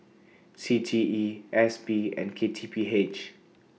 C T E S P and K T P H